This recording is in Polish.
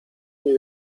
nie